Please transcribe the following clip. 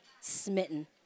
smitten